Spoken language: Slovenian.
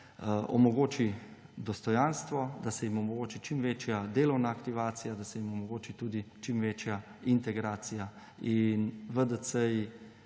omogoči dostojanstvo, da se jim omogoči čim večja delovna aktivacija, da se jim omogoči tudi čim večja integracija. VDC-ji